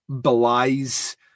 belies